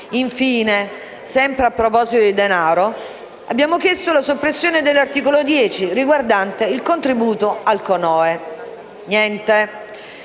Infine, sempre a proposito di denaro, abbiamo chiesto la soppressione dell'articolo 10 riguardante il contributo al CONOE.